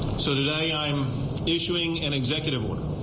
so today, i'm issuing an executive order.